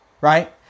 Right